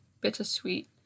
bittersweet